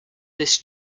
this